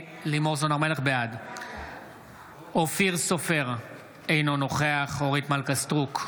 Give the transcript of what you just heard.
בעד אופיר סופר, אינו נוכח אורית מלכה סטרוק,